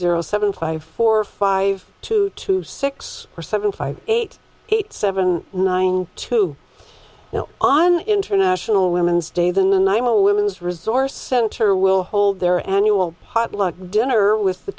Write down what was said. zero seven five four five two two six or seven five eight eight seven nine two on international women's day than and i'm a women's resource center will hold their annual potluck dinner with the